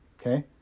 okay